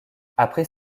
après